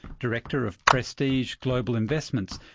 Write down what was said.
director of prestige global investments,